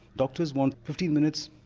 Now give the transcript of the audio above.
doctors want fifteen minutes,